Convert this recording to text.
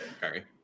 Sorry